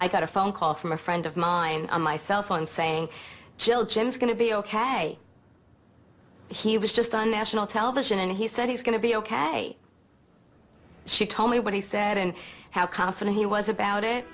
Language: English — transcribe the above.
i got a phone call from a friend of mine on my cell phone saying jill jim's going to be ok he was just on national television and he said he's going to be ok she told me what he said in how confident he was about it